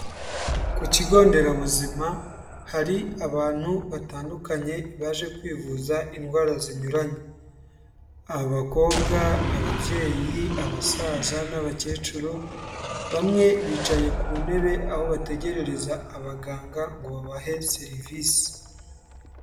Ku kigo nderabuzima hari abantu batandukanye baje kwivuza indwara zinyuranye. Abakobwa, ababyeyi, abasaza n'abakecuru, bamwe bicaye ku ntebe aho bategerereza abaganga ngo babahe serivisi.